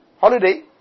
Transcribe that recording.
holiday